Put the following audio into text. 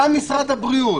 גם משרד הבריאות.